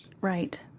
Right